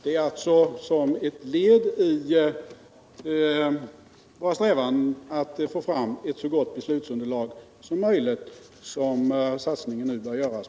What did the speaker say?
Det är som ett led i våra strävanden att få fram ett så gott beslutsunderlag som möjligt Som denna satsning bör göras.